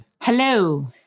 Hello